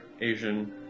Asian